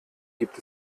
gibt